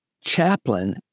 chaplain